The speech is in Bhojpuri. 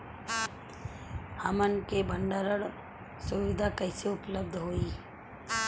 हमन के भंडारण सुविधा कइसे उपलब्ध होई?